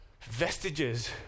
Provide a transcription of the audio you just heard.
vestiges